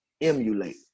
Emulate